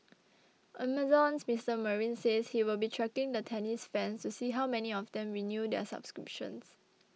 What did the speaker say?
Amazon's Mister Marine says he will be tracking the tennis fans to see how many of them renew their subscriptions